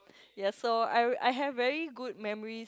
ya so I've I have very good memories